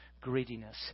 greediness